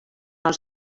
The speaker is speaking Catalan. els